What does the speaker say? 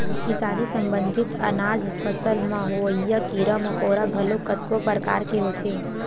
किसानी संबंधित अनाज फसल म होवइया कीरा मकोरा घलोक कतको परकार के होथे